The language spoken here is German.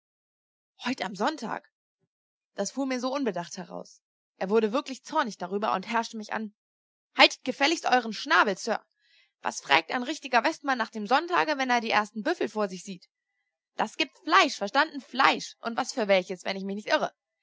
heut am sonntage das fuhr mir so unbedacht heraus er wurde wirklich zornig darüber und herrschte mich an haltet gefälligst euren schnabel sir was frägt ein richtiger westmann nach dem sonntage wenn er die ersten büffel vor sich sieht das gibt fleisch verstanden fleisch und was für welches wenn ich mich nicht irre